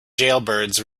jailbirds